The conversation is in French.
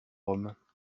hommes